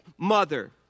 mother